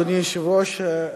אדוני היושב-ראש,